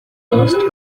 must